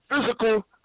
physical